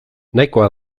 nahikoa